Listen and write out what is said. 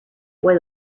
boy